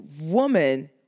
woman